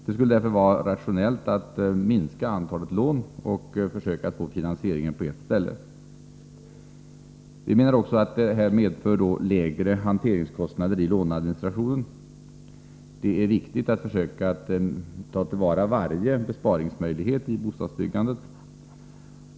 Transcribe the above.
Det skulle därför vara rationellt att minska antalet lån och försöka få finansieringen på ett ställe. Vi menar också att detta skulle medföra lägre hanteringskostnader i låneadministrationen. Det är viktigt att försöka ta till vara varje besparingsmöjlighet i bostadsbyggandet.